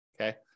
okay